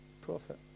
prophet